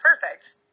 perfect